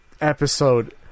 episode